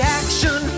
action